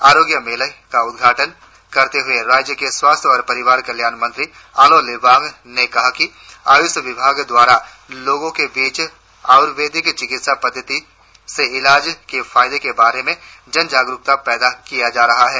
आरोग्य मेले का उद्घाटन करते हुए राज्य के स्वास्थ्य एवं परिवारिक कल्याण मंत्री आलो लिबांग ने कहा कि आयुष विभाग द्वारा लोगों के बीच आयुर्वेदिक चिकित्सा पद्धति से इलाज के फायदे के बारे में जनजागरुकता पैदा किया जा रहा है